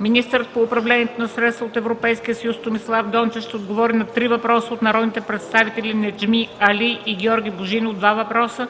министърът по управление на средствата от Европейския съюз Томислав Дончев ще отговори на три въпроса от народните представители Неджми Али и Георги Божинов - два въпроса,